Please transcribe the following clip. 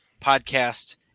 podcast